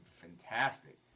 fantastic